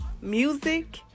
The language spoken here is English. music